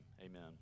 amen